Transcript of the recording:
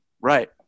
Right